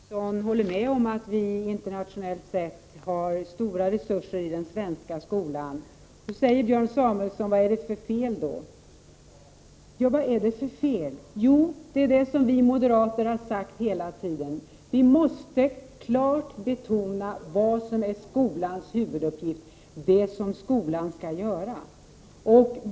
Herr talman! Det var bra att Björn Samuelson höll med om att den svenska skolan internationellt sett har stora resurser till sitt förfogande. Björn Samuelson frågar nu vad som är fel. Ja, vad är det för fel? Jo, det är fråga om det som vi moderater har sagt hela tiden: Vi måste klart betona vad som är skolans huvuduppgift, vad skolan skall göra.